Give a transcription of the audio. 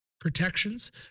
protections